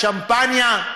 שמפניה.